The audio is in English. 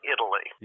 Italy